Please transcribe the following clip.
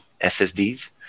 SSDs